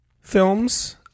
films